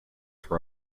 for